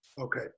Okay